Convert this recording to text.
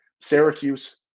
Syracuse